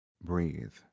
Breathe